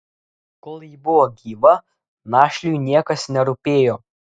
kol ji buvo gyva našliui niekas nerūpėjo